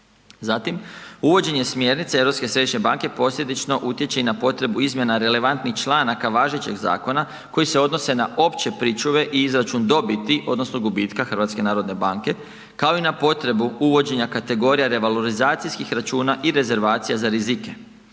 središnje banke posljedično utječe i potrebu izmjena relevantnih članaka važećeg zakona koji se odnose na opće pričuve i izračun dobiti odnosno gubitka HNB-a kao i na potrebu uvođenja kategorija revalorizacijskih računa i rezervacija za rizike.